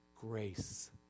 grace